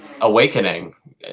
awakening